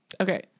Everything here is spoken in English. okay